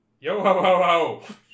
Yo-ho-ho-ho